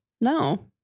No